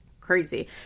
crazy